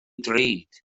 ddrud